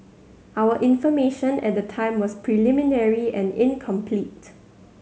our information at the time was preliminary and incomplete